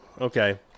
Okay